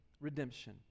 redemption